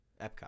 epcot